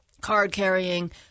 card-carrying